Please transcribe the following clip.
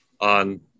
on